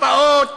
קצבאות